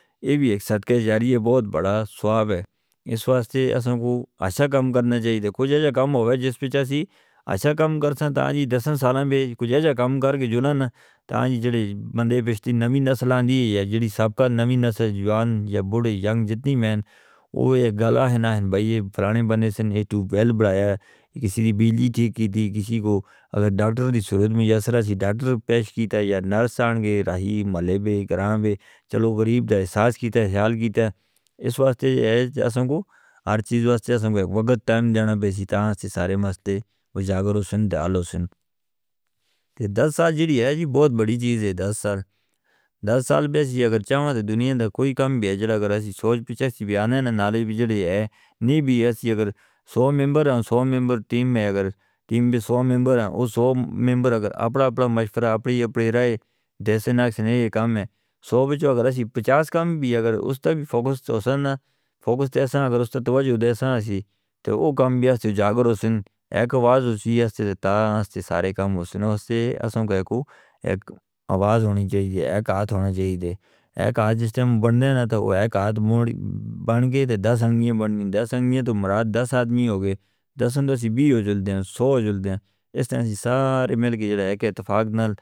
یہ بھی ایک سات کا جاریہ بہت بڑا سواب ہے۔ اس واسطے اساں کو اچھا کام کرنا جائی۔ دیکھو جو جو کام ہووے جس پہ چاہسی اچھا کام کرسان تاں جی دس سالان بے جو جو کام کر کے جڑاں نا تاں جی جڑے بندے پشلی نوی نسلان دی یا جڑی سب کا نوی نسل جوان یا بڑے ینگ جتنی میں وہ ایک گالہ ہیں نا ہیں بھائی یہ پرانے بندے سن اے تو بیل بنایا ہے کسی دی بیلی ٹھیک کیتی کسی کو اگر ڈاکٹروں دی صورت میں یا سرہ سی ڈاکٹروں پہش کیتا یا نرس آنگے راہی ملے بے کران بے چلو غریب دا احساس کیتا ہے خیال کیتا۔ اس واسطے جیس جیسنگ کو ہر چیز واسطے جیسنگ کو وقت ٹائم جانا بے سی تاں سے سارے مسلے و جاغر سن دالہ سن دس سال جڑی ہے جی بہت بڑی چیز ہے دس سال دس سال بے اگر چاہوں تاں دنیاں دا کوئی کام بے جلا کر رہے ہیں سوچ پچھے سی بیانیں نا نالی بھی جڑے ہیں نی بھی۔ اس اگر سو میمبر ہاں سو میمبر ٹیم میں اگر ٹیم بھی سو میمبر ہاں وہ سو میمبر اگر اپنا اپنا مشورہ اپنی اپنی رائے دے سن نا سنئے کام ہے سو بچہ اگر اسی پچاس کام بھی اگر اس تاں بھی فوکس تو سننا فوکس دے سن اگر اس تاں توجہ دے سننا سی تو وہ کام بھی ہیں جاغر سن۔ ایک آواز ہونی جائے ایک ہاتھ ہونی جائے دے ایک ہاتھ جس ٹیم بندے ہیں تو وہ ایک ہاتھ بن گئے دے دس ہنگیں بن گئے دس ہنگیں تو مراد دس آدمی ہو گئے دس ہنگیں تو اسی بیج اڑلتے ہیں سو اڑلتے ہیں اس طرح سے سارے مل کے جڑے ایک اتفاق نال.